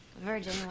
Virgin